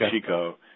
Chico